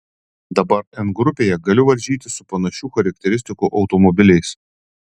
dabar n grupėje galiu varžytis su panašių charakteristikų automobiliais